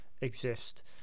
exist